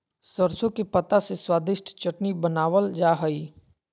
सरसों के पत्ता से स्वादिष्ट चटनी बनावल जा हइ